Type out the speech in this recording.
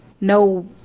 No